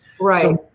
Right